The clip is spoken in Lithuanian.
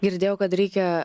girdėjau kad reikia